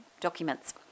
documents